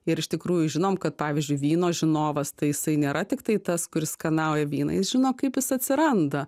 ir iš tikrųjų žinom kad pavyzdžiui vyno žinovas tai jisai nėra tiktai tas kuris skanauja vyną jis žino kaip jis atsiranda